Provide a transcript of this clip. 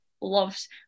loves